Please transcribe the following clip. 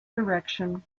direction